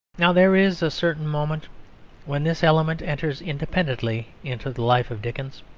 now there is a certain moment when this element enters independently into the life of dickens.